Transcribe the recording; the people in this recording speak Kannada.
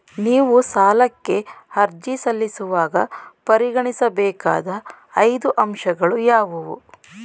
ನೀವು ಸಾಲಕ್ಕೆ ಅರ್ಜಿ ಸಲ್ಲಿಸುವಾಗ ಪರಿಗಣಿಸಬೇಕಾದ ಐದು ಅಂಶಗಳು ಯಾವುವು?